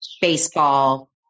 baseball